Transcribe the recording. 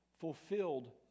fulfilled